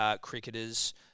cricketers